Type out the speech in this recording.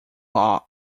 law